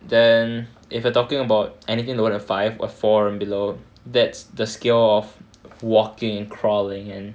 then if you're talking about anything lower than five four and below that's the scale of walking and crawling and